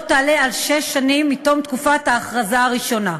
תעלה על שש שנים מתום תקופת ההכרזה הראשונה.